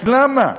אז למה?